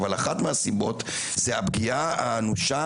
אבל אחת מן הסיבות היא בשל הפגיעה האנושה